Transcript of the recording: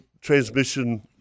transmission –